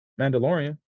Mandalorian